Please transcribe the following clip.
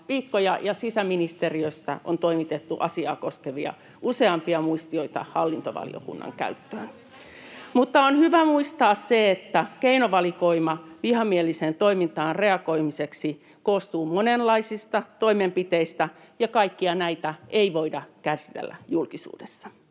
viikkoja, ja sisäministeriöstä on toimitettu useampia asiaa koskevia muistioita hallintovaliokunnan käyttöön. [Olli Immonen: Montako esitystä tuli?] Mutta on hyvä muistaa se, että keinovalikoima vihamieliseen toimintaan reagoimiseksi koostuu monenlaisista toimenpiteistä ja kaikkia näitä ei voida käsitellä julkisuudessa.